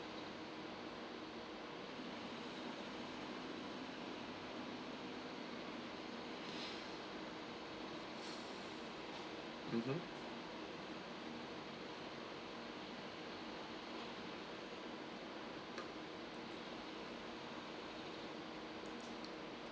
mmhmm